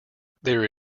there